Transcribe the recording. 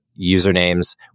usernames